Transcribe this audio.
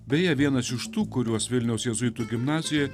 beje vienas iš tų kuriuos vilniaus jėzuitų gimnazijoj